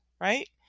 right